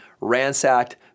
ransacked